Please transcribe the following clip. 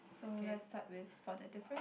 so let's start with spot the different